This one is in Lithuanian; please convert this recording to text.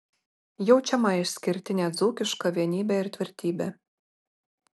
jaučiama išskirtinė dzūkiška vienybė ir tvirtybė